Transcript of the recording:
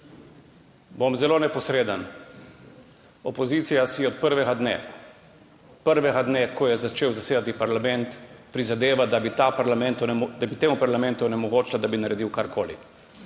Bom zelo neposreden. Opozicija si od prvega dne, prvega dne, ko je začel zasedati parlament, prizadeva, da bi temu parlamentu onemogočila, da bi naredil karkoli.